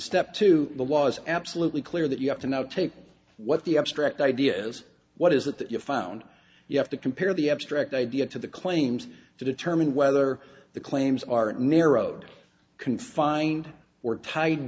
step two the was absolutely clear that you have to now take what the abstract ideas what is it that you found you have to compare the abstract idea to the claims to determine whether the claims are narrowed confined or ti